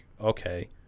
Okay